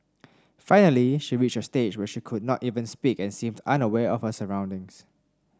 finally she reached a stage when she could not even speak and seemed unaware of her surroundings